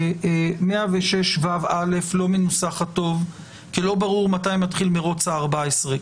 סעיף 106ו(א) לא מנוסח טוב כי לא ברור מתי מתחיל מרוץ ה-14.